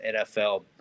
NFL –